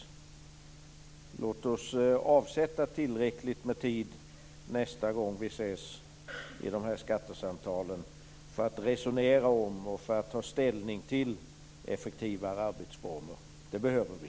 Låt oss avsätta tillräckligt med tid nästa gång vi ses i skattesamtalen för att resonera om och ta ställning till effektivare arbetsformer. Det behöver vi.